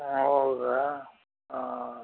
ಹೌದಾ ಹಾಂ